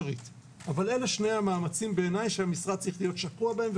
אלה שני המאמצים בעיניי שהמשרד צריך להיות שקוע בהם,